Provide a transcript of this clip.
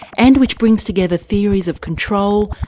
and which brings together theories of control,